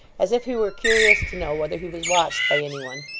as if he were curious to know whether he was watched by any one.